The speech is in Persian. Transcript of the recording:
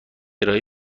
ارائه